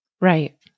Right